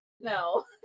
No